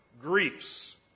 griefs